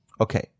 Okay